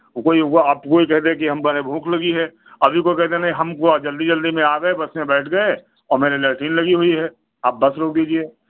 कोई वो आप कोई कह दे कि हम बड़े भूख लगी है अभी कोई कह दें नहीं हम वो जल्दी जल्दी में आ गए बस में बैठ गए और मेरे लैट्रीन लगी हुई है आप बस रोक दीजिए